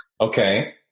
Okay